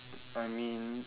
I mean